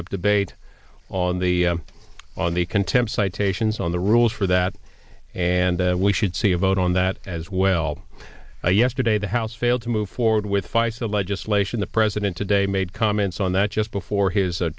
up debate on the on the contempt citations on the rules for that and we should see a vote on that as well yesterday the house failed to move forward with feisal legislation the president today made comments on that just before his